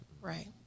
Right